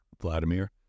Vladimir